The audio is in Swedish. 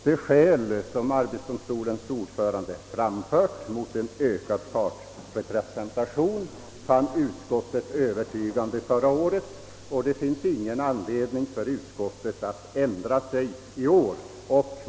De skäl som arbetsdomstolens ordförande har framfört mot en ökad partsrepresentation fann utskottet övertygande förra året, och det finns ingen anledning för utskottet att ändra sig i år.